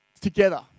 together